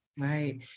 Right